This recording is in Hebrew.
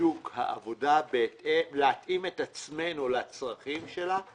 בשוק העבודה, להתאים את עצמנו לצרכים שלה,